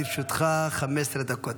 לרשותך 15 דקות.